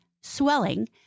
swelling